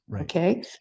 okay